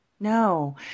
No